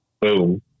Boom